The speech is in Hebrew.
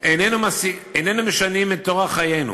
איננו משנים את אורח חיינו,